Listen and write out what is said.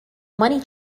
money